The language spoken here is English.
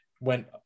went